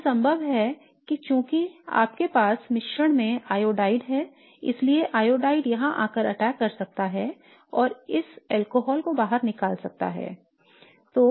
तो यह संभव है कि चूंकि आपके पास मिश्रण में आयोडाइड है इसलिए आयोडाइड यहां आकर अटैक कर सकता है और इस अल्कोहल को बाहर निकाल सकता है